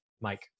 Mike